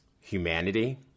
humanity